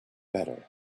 better